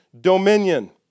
dominion